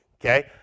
Okay